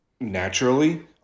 naturally